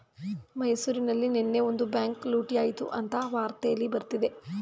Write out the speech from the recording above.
ಮೈಸೂರಲ್ಲಿ ನೆನ್ನೆ ಒಂದು ಬ್ಯಾಂಕ್ ಲೂಟಿ ಆಯ್ತು ಅಂತ ವಾರ್ತೆಲ್ಲಿ ಬರ್ತಿದೆ